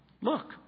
look